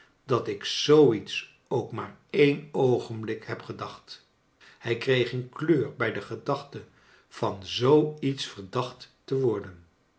dat ik zoo iets ook maar een oogenblik heb gedacht hij kreeg een kleur bij de gedachte van zoo iets verdacht te worden